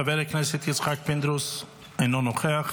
חבר הכנסת יצחק פינדרוס, אינו נוכח.